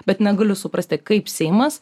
bet negaliu suprasti kaip seimas